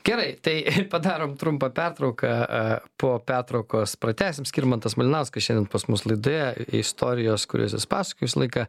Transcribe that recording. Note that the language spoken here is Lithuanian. gerai tai padarom trumpą pertrauką a po pertraukos pratęsim skirmantas malinauskas šiandien pas mus laidoje istorijos kurias jis pasakoja visą laiką